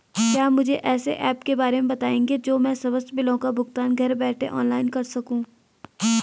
क्या मुझे ऐसे ऐप के बारे में बताएँगे जो मैं समस्त बिलों का भुगतान घर बैठे ऑनलाइन कर सकूँ?